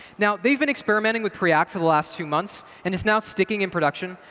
now, they've been experimenting with preact for the last two months and it's now sticking in production.